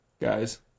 guys